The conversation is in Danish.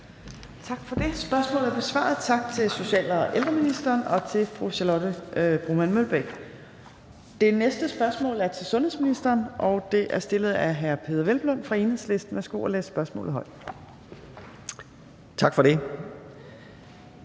Tak for det. Spørgsmålet er besvaret. Tak til social- og ældreministeren og til fru Charlotte Broman Mølbæk. Det næste spørgsmål er til sundhedsministeren, og det er stillet af hr. Peder Hvelplund fra Enhedslisten. Kl. 15:29 Spm. nr.